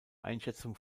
einschätzung